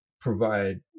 provide